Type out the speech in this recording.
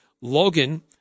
Logan